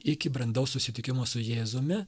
iki brandaus susitikimo su jėzumi